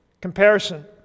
comparison